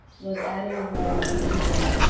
was added a war on england.